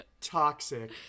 Toxic